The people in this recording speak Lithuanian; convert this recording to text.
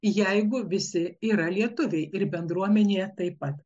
jeigu visi yra lietuviai ir bendruomenėje taip pat